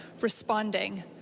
responding